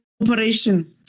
operation